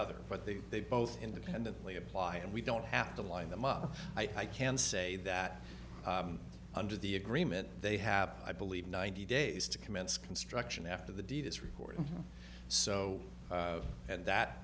other but they they both independently apply and we don't have to line them up i can say that under the agreement they have i believe ninety days to commence construction after the deed is recorded so and that